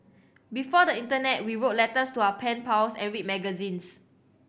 before the internet we wrote letters to our pen pals and read magazines